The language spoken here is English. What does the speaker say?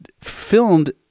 filmed